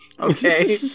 Okay